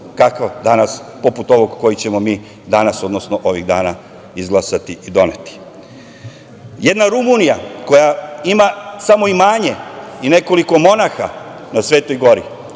manastirima poput ovog koji ćemo mi ovih dana izglasati i doneti. Jedna Rumunija, koja ima samo imanje i nekoliko monaha na Svetoj gori,